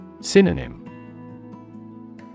Synonym